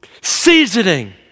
seasoning